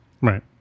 Right